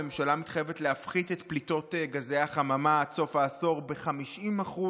הממשלה מתחייבת להפחית את פליטות גזי החממה עד סוף העשור ב-50%,